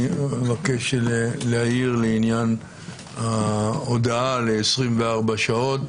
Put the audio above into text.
אני מבקש להעיר לעניין ההודעה על 24 שעות